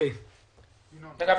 אגב,